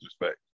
respect